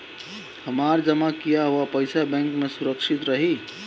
हमार जमा किया हुआ पईसा बैंक में सुरक्षित रहीं?